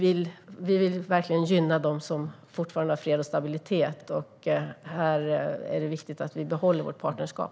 Vi vill verkligen gynna dem som fortfarande har fred och stabilitet, och här är det viktigt att vi behåller vårt partnerskap.